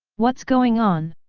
what's going on?